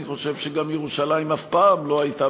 אני חושב שגם שירושלים אף פעם לא הייתה